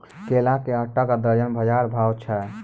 केला के आटा का दर्जन बाजार भाव छ?